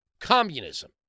communism